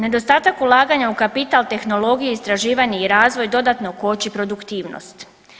Nedostatak ulaganja u kapital, tehnologije, istraživanje i razvoj dodatno koči produktivnost.